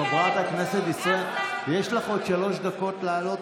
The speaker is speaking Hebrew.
חברת הכנסת דיסטל, יש לך עוד שלוש דקות לדבר.